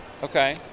Okay